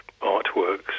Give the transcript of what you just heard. artworks